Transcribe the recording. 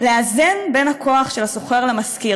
לאזן את הכוח של השוכר ושל המשכיר,